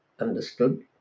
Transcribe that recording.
understood